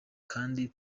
kandi